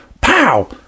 pow